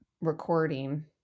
recording